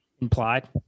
implied